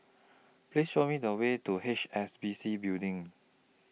Please Show Me The Way to H S B C Building